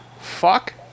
Fuck